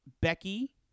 Becky